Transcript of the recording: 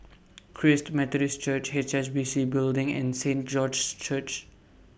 Christ Methodist Church H S B C Building and Saint George's Church